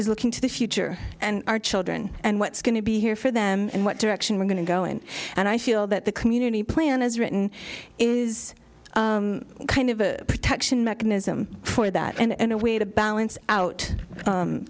is looking to the future and our children and what's going to be here for them and what direction we're going to go in and i feel that the community plan as written is kind of a protection mechanism for that and a way to balance out